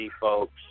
folks